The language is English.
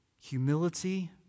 humility